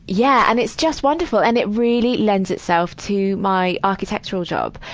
yeah and it's just wonderful. and it really lends itself to my architectural job.